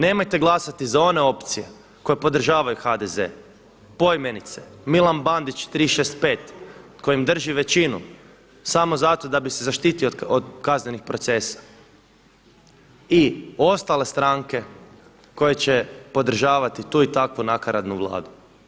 Nemojte glasati za one opcije koje podržavaju HDZ, poimenice: Milan Bandić 365 kojim drži većinu samo zato da bi se zaštitio od kaznenih procesa i ostale stranke koje će podržavati tu i takvu nakaradnu Vladu.